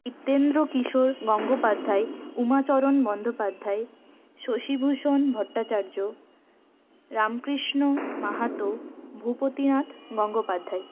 Diptendra Kishore Gangopadhyay Umacharan Bandyopadhyay Shashibhushan Bhattacharya Ramkrishna Mahato Bhupatinath Gangopadhyay